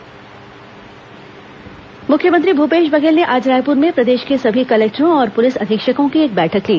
मुख्यमंत्री collector conference मुख्यमंत्री भूपेश बघेल ने आज रायपुर में प्रदेश के सभी कलेक्टरों और पुलिस अधीक्षकों की एक बैठक ली